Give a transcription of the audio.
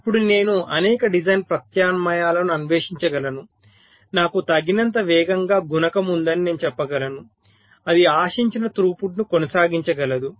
ఇప్పుడు నేను అనేక డిజైన్ ప్రత్యామ్నాయాలను అన్వేషించగలను నాకు తగినంత వేగంగా గుణకం ఉందని నేను చెప్పగలను ఇది ఆశించిన తృపుట్ ను కొనసాగించగలదు